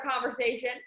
conversation